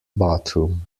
bathroom